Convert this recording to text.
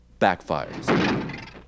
backfires